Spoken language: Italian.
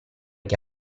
che